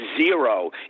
zero